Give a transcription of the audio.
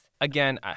again